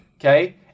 okay